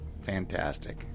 fantastic